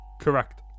correct